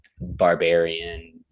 Barbarian